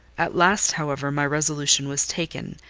at last, however, my resolution was taken,